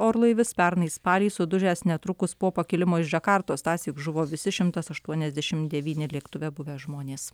orlaivis pernai spalį sudužęs netrukus po pakilimo iš džakartos tąsyk žuvo visi šimtas aštuoniasdešim devyni lėktuve buvę žmonės